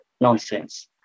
nonsense